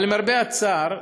אבל למרבה הצער,